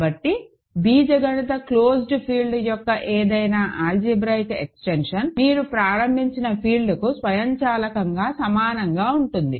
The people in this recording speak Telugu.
కాబట్టి బీజగణిత క్లోస్డ్ ఫీల్డ్ యొక్క ఏదైనా ఆల్జీబ్రాయిక్ ఎక్స్టెన్షన్ మీరు ప్రారంభించిన ఫీల్డ్కు స్వయంచాలకంగా సమానంగా ఉంటుంది